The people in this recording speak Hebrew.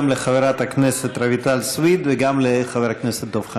גם לחברת הכנסת רויטל סויד וגם לחבר הכנסת דב חנין.